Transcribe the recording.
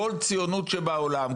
כל הציונות שבעולם,